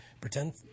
Pretend